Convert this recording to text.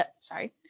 sorry